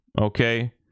okay